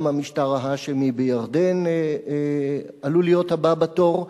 גם המשטר ההאשמי בירדן עלול להיות הבא בתור,